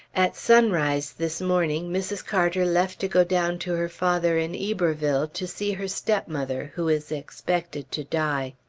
at sunrise this morning, mrs. carter left to go down to her father in iberville, to see her stepmother who is expected to die.